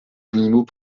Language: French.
animaux